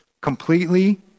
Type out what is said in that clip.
completely